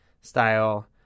style